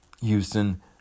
Houston